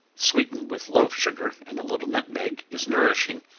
sweetened with loaf-sugar, and a little nutmeg, is nourishing.